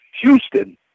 Houston